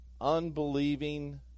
unbelieving